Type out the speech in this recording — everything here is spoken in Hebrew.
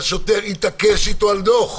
והשוטר התעקש איתו על דוח.